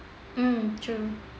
mm true